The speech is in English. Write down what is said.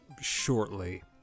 shortly